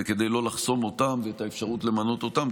וכדי לא לחסום אותם ואת האפשרות למנות אותם,